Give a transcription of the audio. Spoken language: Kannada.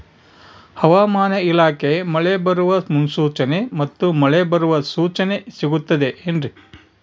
ಹವಮಾನ ಇಲಾಖೆ ಮಳೆ ಬರುವ ಮುನ್ಸೂಚನೆ ಮತ್ತು ಮಳೆ ಬರುವ ಸೂಚನೆ ಸಿಗುತ್ತದೆ ಏನ್ರಿ?